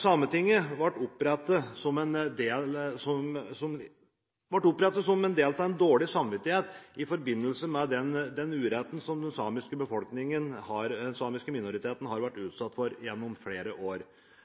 Sametinget ble opprettet som følge av dårlig samvittighet for den uretten som den samiske minoriteten har vært utsatt for gjennom flere år.